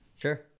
Sure